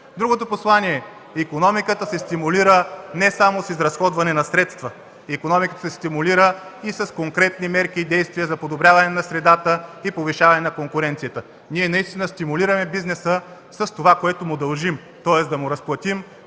Другото послание – икономиката се стимулира не само с изразходване на средства. Тя се стимулира и с конкретни мерки и действия за подобряване на средата и повишаване на конкуренцията. Ние стимулираме бизнеса с това, което му дължим, тоест да му разплатим